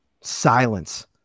silence